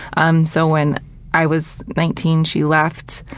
um so when i was nineteen she left.